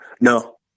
No